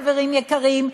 חברים יקרים,